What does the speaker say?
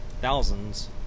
thousands